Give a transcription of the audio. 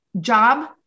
job